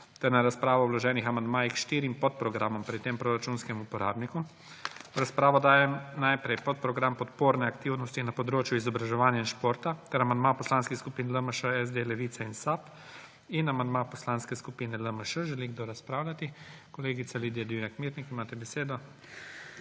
ter na razpravo o vloženih amandmajih k štirim podprogramom pri tem proračunskem uporabniku. V razpravo najprej dajem podprogram Podporne aktivnosti na področju izobraževanja in športa ter amandma poslanskih skupin LMŠ, SD, Levica in SAB in amandma Poslanske skupine LMŠ. Želi kdo razpravljati? (Da.) Kolegica Lidija Divjak Mirnik, imate besedo.